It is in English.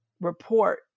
report